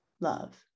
love